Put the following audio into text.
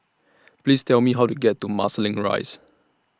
Please Tell Me How to get to Marsiling Rise